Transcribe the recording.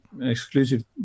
exclusive